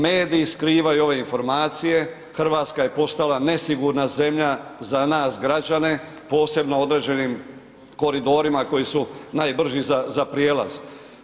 Mediji skrivaju ove informacije, Hrvatska je postala nesigurna zemlja za nas građane, posebno određenim koridorima koji su najbrži za prijelaz.